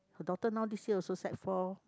her daughter now this year also sec-four